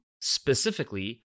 specifically